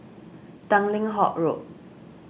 Tanglin Halt Road